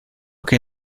que